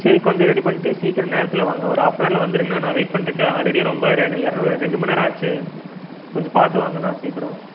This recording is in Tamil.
சரி கொஞ்சம் ரெடி பண்னிட்டு சீக்கிரம் நேரத்தில் வாங்க ஒரு ஆஃப்னாரில் வந்துருங்ணா நான் வெயிட் பண்ணிட்ருக்க ஆல்ரெடி ரொம்ப ரெண்டு இரநூறு ரெண்டு மணி நேரம் ஆச்சு கொஞ்சம் பார்த்து வாங்கண்ணா சீக்கிரம்